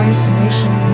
Isolation